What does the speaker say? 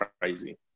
crazy